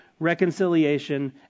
reconciliation